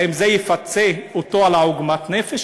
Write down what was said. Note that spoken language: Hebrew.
האם זה יפצה אותו על עוגמת הנפש?